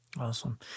Awesome